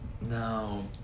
No